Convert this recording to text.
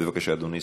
בבקשה, אדוני.